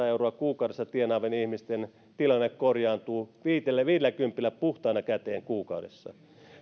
euroa kuukaudessa tienaavien ihmisten tilanne korjaantuu viidelläkympillä puhtaana käteen kuukaudessa